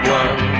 one